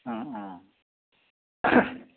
অঁ অঁ